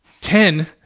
ten –